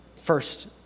first